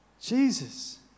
Jesus